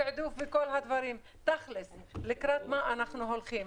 תעדוף כולי אלא יאמרו תכל'ס לקראת מה אנחנו הולכים.